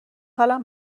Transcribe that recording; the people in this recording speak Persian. حالم